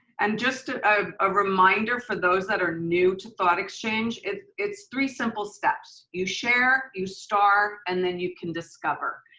and just ah a ah reminder for those that are new to thought exchange, it's it's three simple steps, you share, you star and then you can discover.